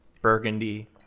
burgundy